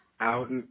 out